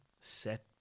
Set